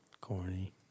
corny